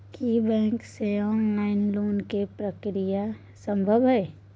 की bank से online loan के प्रक्रिया संभव छै?